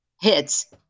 hits